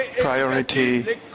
Priority